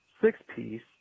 six-piece